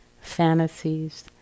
fantasies